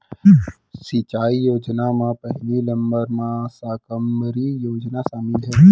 सिंचई योजना म पहिली नंबर म साकम्बरी योजना सामिल हे